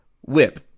whip